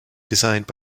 designed